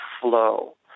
flow